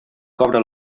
cobra